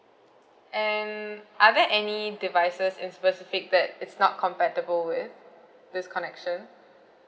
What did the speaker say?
and are there any devices in specific that it's not compatible with this connection